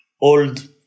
old